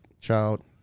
child